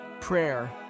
prayer